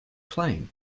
claim